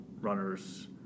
runners